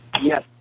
Yes